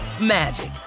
magic